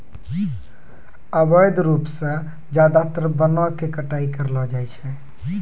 अवैध रूप सॅ ज्यादातर वनों के कटाई करलो जाय छै